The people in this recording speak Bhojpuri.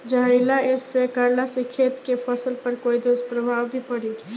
जहरीला स्प्रे करला से खेत के फसल पर कोई दुष्प्रभाव भी पड़ी?